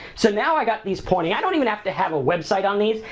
so, now i got these pointing, i don't even have to have a website on these,